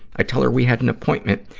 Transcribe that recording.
i tell her we had an appointment,